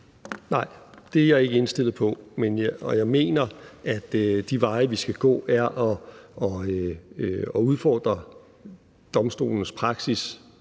Nej, det er jeg ikke indstillet på, og jeg mener, at de veje, vi skal gå, er at udfordre domstolens praksis